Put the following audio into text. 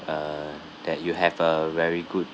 err that you have a very good